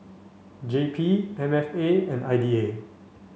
J P M F A and I D A